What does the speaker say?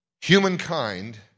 humankind